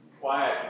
Quiet